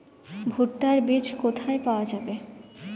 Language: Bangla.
ভুট্টার বিজ কোথায় পাওয়া যাবে?